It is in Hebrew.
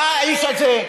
בא האיש הזה,